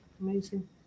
amazing